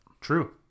True